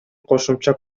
кошумча